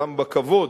גם בכבוד,